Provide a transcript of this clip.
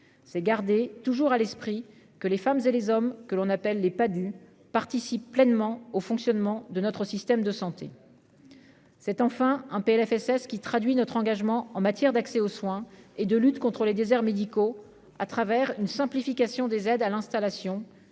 c'est garder toujours à l'esprit que les femmes et les hommes que l'on appelle les pas du participe pleinement au fonctionnement de notre système de santé, c'est enfin un PLFSS qui traduit notre engagement en matière d'accès aux soins et de lutte contre les déserts médicaux à travers une simplification des aides à l'installation